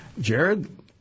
Jared